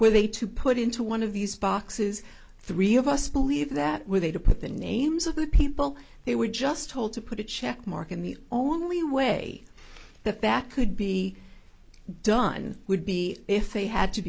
were they to put into one of these boxes three of us believe that were they to put the names of the people they were just told to put a check mark in the only way the fact could be done would be if they had to